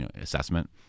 assessment